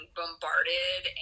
bombarded